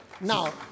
now